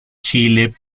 chile